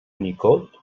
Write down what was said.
unicode